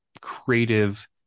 creative